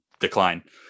decline